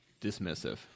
dismissive